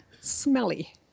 smelly